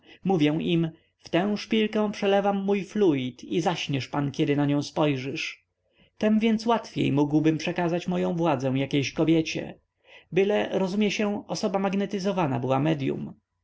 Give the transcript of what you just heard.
mówię im w tę szpilkę przelewam mój fluid i zaśniesz pan kiedy na nią spojrzysz tem więc łatwiej mógłbym przekazać moję władzę jakiejś kobiecie byle rozumie się osoba magnetyzowana była medyum